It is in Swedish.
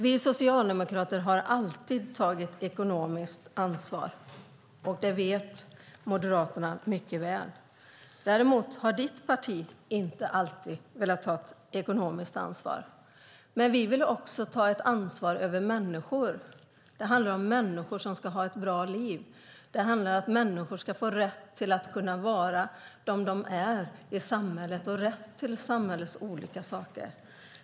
Vi socialdemokrater har alltid tagit ekonomiskt ansvar. Det vet Moderaterna mycket väl. Däremot har ditt parti inte alltid velat ta ett ekonomiskt ansvar. Vi vill också ta ansvar för människor. Det handlar om att människor ska få ett bra liv. Det handlar om att människor ska få rätt att få vara de de är i samhället och få tillgång till samhällets olika delar.